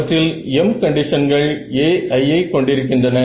அவற்றில் m கண்டிஷன்கள் ai ஐ கொண்டிருக்கின்றன